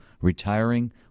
retiring